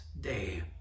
day